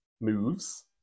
moves